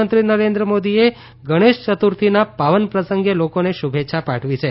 પ્રધાનમંત્રી નરેન્દ્ર મોદીએ ગણેશ યતુર્થીના પાવર પ્રસંગે લોકોને શુભેચ્છા પાઠવી છે